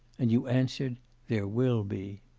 and you answered there will be.